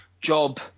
job